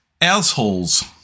assholes